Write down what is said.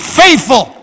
faithful